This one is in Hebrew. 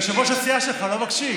יושב-ראש הסיעה שלך לא מקשיב.